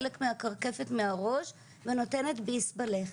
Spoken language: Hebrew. עם חלק מהקרקפת מהראש ונותנת ביס בלחי,